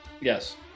Yes